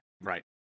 Right